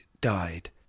died